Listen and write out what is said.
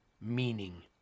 meaning